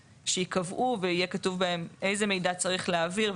שייקבעו ויהיה כתוב בהם איזה מידע צריך להעביר,